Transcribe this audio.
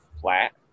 flat